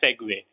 segue।